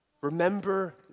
remember